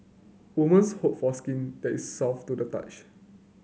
women hope for skin that is soft to the touch